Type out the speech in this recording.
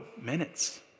minutes